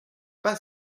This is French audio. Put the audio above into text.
pas